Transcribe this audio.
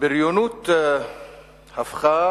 הבריונות הפכה